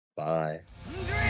Bye